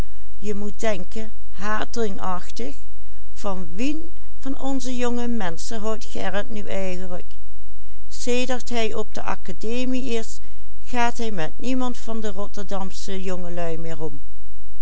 op de academie is gaat hij met niemand van de rotterdamsche jongelui meer